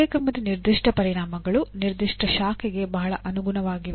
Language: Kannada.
ಕಾರ್ಯಕ್ರಮದ ನಿರ್ದಿಷ್ಟ ಪರಿಣಾಮಗಳು ನಿರ್ದಿಷ್ಟ ಶಾಖೆಗೆ ಬಹಳ ಅನುಗುನವಾಗಿವೆ